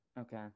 Okay